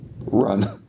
run